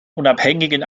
unabhängigen